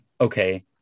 okay